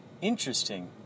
Interesting